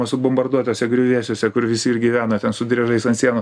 subombarduotuose griuvėsiuose kur visi ir gyvena ten su driežais ant sienų